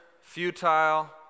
futile